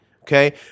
Okay